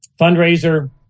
fundraiser